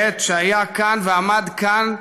בעת היה כאן ועמד כאן,